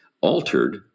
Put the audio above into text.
altered